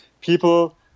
people